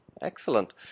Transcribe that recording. excellent